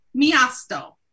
Miasto